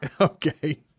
Okay